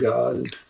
God